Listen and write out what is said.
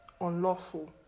unlawful